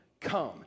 come